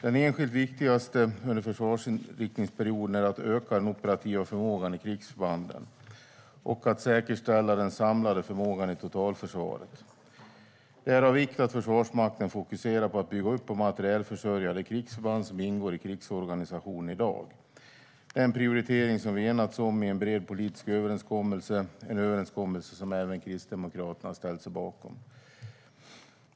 Det enskilt viktigaste under försvarsinriktningsperioden är att öka den operativa förmågan i krigsförbanden och att säkerställa den samlade förmågan i totalförsvaret. Det är av vikt att Försvarsmakten fokuserar på att bygga upp och materielförsörja de krigsförband som ingår i krigsorganisationen i dag. Detta är en prioritering som vi enats om i en bred politisk överenskommelse - en överenskommelse som även Kristdemokraterna har ställt sig bakom.